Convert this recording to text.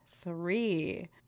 three